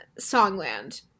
Songland